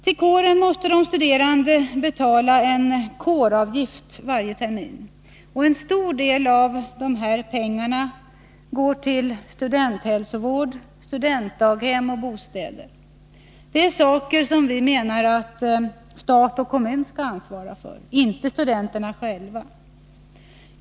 Till kåren måste de studerande betala en kåravgift varje termin. En stor del av de pengarna går till studenthälsovård, studentdaghem och bostäder. Det är saker som vi menar att stat och kommun skall ansvara för, inte studenterna själva.